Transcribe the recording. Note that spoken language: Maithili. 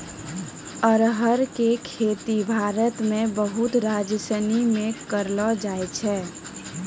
अरहर के खेती भारत मे बहुते राज्यसनी मे करलो जाय छै